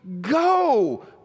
go